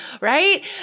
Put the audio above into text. right